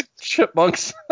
Chipmunks